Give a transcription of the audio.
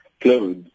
clothes